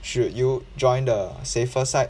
should you join the safer side